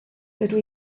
dydw